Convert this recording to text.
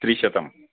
त्रिशतम्